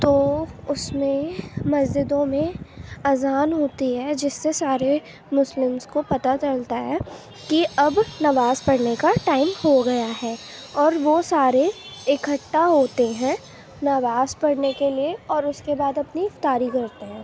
تو اس میں مسجدوں میں اذان ہوتی ہے جس سے سارے مسلمس کو پتہ چلتا ہے کہ اب نماز پڑھنے کا ٹائم ہو گیا ہے اور وہ سارے اکھٹا ہوتے ہیں نماز پڑھنے کے لیے اور اس کے بعد اپنی افطاری کرتے ہیں